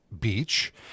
Beach